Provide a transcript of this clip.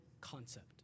concept